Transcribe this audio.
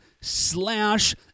slash